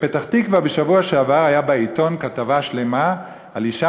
בשבוע שעבר הייתה כתבה שלמה על אישה